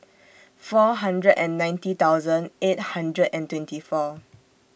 four hundred and ninety thousand eight hundred and twenty four